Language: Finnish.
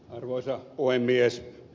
arvoisa puhemies